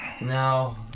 No